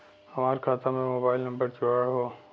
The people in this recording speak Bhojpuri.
हमार खाता में मोबाइल नम्बर जुड़ल हो?